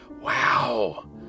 Wow